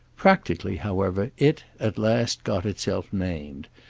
practically, however, it at last got itself named,